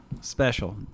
special